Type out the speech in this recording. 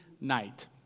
night